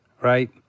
right